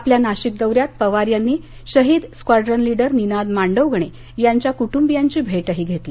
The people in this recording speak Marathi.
आपल्या नाशिक दौऱ्यात पवार यांनी शहीद स्क्वॉड्रन लीडर निनाद मांडवगणे यांच्या कुटुंबीयांची भेट घेतली